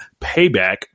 payback